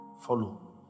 Follow